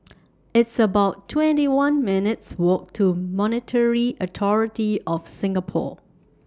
It's about twenty one minutes' Walk to Monetary Authority of Singapore